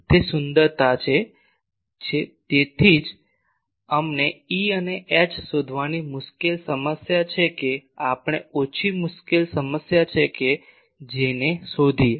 હવે તે સુંદરતા છે તેથી જ અમને E અને H શોધવાની મુશ્કેલ સમસ્યા છે કે આપણે ઓછી મુશ્કેલ સમસ્યા છે કે J ને શોધીએ